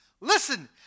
Listen